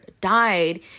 died